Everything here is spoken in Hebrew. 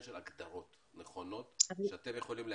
של הגדרות נכונות שאתם יכולים להגדיר.